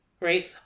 right